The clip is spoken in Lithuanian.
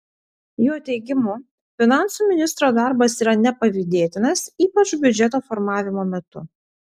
jo teigimu finansų ministro darbas yra nepavydėtinas ypač biudžeto formavimo metu